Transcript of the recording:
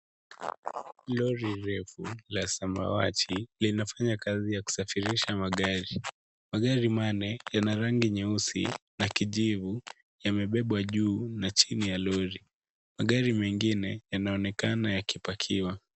Lori refu la samawati linafanya kazi ya kusafirirsha magari, magari manne yana rangi nyeusi na kijivu, yamebebwa juu na chini ya Lori, magari mengine yanaonekana yakipakiwa.